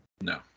No